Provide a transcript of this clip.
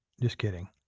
just kidding.